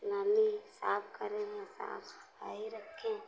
नाली साफ करें या साफ सफाई रखें